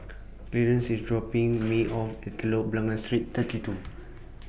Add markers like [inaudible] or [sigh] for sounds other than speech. [noise] Clearence IS dropping Me off At Telok Blangah Street thirty two